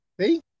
See